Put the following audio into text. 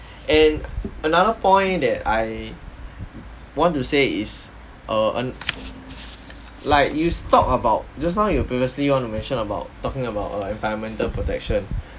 and another point that I want to say is uh and like you s~ talk about just now you were previously want to mention about talking about uh environmental protection